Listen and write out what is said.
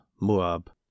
Moab